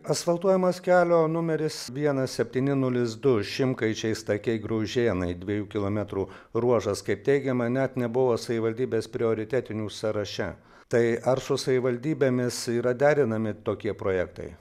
asfaltuojamas kelio numeris vienas septyni nulis du šimkaičiai stakiai graužėnai dviejų kilometrų ruožas kaip teigiama net nebuvo savivaldybės prioritetinių sąraše tai ar su savivaldybėmis yra derinami tokie projektai